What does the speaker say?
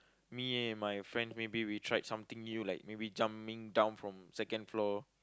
me and my friend maybe we tried something new like maybe jumping down from second floor